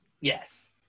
Yes